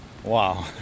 wow